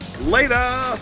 Later